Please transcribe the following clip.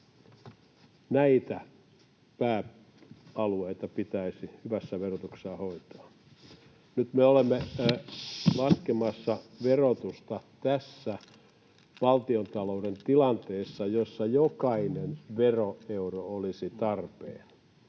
Näitä pääalueita pitäisi hyvässä verotuksessa hoitaa. Nyt me olemme laskemassa verotusta tässä valtiontalouden tilanteessa, jossa jokainen veroeuro olisi tarpeen.